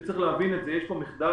מבחינתי יש פה מחדל,